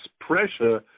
pressure